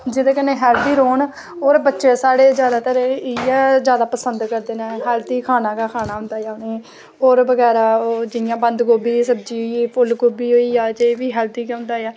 जेह्दे कन्नै हैल्थी रौह्न जेह्दे कन्नै बच्चे साढ़े इयै जादै पसंद करदे न हैल्थी खाना गै खाना होंदा जां होर बगैरा जियां बंद गोभी बगैरा दी सब्ज़ी होई फुल्ल गोभी होइया एह् बी हेल्थी होंदा ऐ